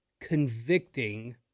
convicting